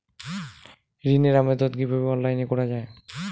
ঋনের আবেদন কিভাবে অনলাইনে করা যায়?